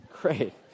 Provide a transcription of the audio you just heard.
Great